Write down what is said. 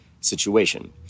situation